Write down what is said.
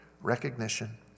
recognition